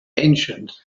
ancient